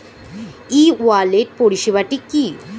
ই wallet পরিষেবাটি কি?